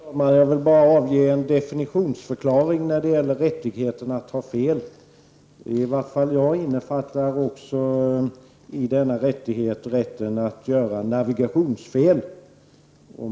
Herr talman! Jag vill bara avge en definitionsförklaring när det gäller rättigheten att ha fel. Jag innefattar i denna rättighet också rätten att göra navigationsfel.